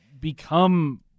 become